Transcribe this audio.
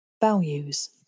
Values